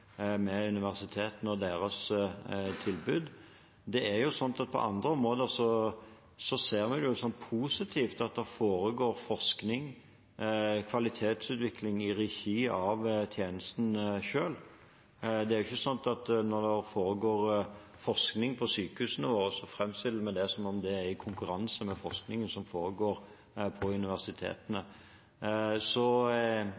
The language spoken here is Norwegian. andre områder ser vi jo det som positivt at det foregår forskning og kvalitetsutvikling i regi av tjenesten. Når det foregår forskning på sykehusene, er det ikke sånn at vi framstiller det som om det er i konkurranse med forskningen som foregår på universitetene.